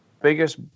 biggest